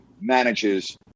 manages